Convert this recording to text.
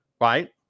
right